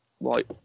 right